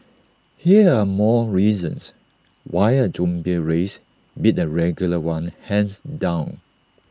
here are more reasons why A zombie race beat A regular one hands down